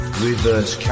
Reverse